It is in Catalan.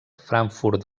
frankfurt